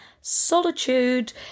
solitude